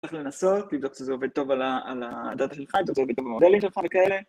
צריך לנסות, לבדוק שזה עובד טוב על הדעת שלך, אתה רוצה להגיד כמה דליים שלך וכאלה